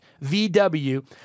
VW